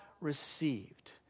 received